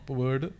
word